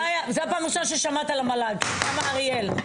זאת הפעם הראשונה ששמעת על ההתנגדות של המל"ג לאוניברסיטה באריאל?